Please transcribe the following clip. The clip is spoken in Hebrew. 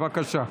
בבקשה.